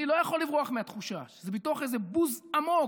אני לא יכול לברוח מהתחושה שזה מתוך איזה בוז עמוק.